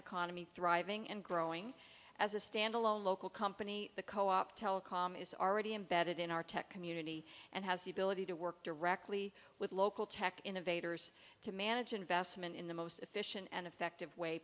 economy thriving and growing as a standalone local company the co op telecom is already embedded in our tech community and has the ability to work directly with local tech innovators to manage investment in the most efficient and effective way